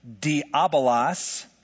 Diabolos